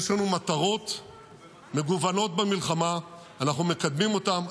יש לנו מטרות מגוונות במלחמה, אנחנו מקדמים אותן.